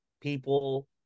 people